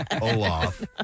Olaf